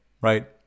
right